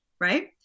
right